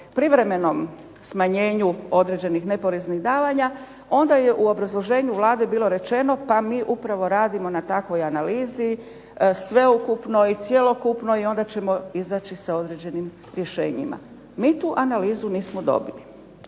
privremenom smanjenju određenih neporeznih davanja, onda je u obrazloženju Vlade bilo rečeno pa mi upravo radimo na takvoj analizi, sveukupnoj, cjelokupnoj i onda ćemo izaći sa određenim rješenjima. Mi tu analizu nismo dobili.